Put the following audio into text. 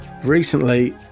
Recently